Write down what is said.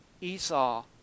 Esau